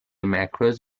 macros